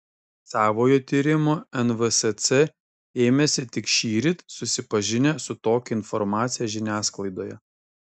savojo tyrimo nvsc ėmėsi tik šįryt susipažinę su tokia informacija žiniasklaidoje